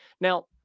now